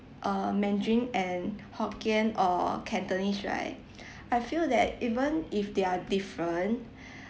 err mandarin and hokkien or cantonese right I feel that even if they're different